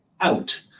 out